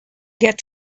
get